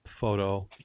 photo